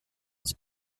ist